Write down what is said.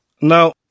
Now